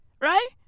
right